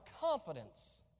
confidence